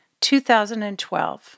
2012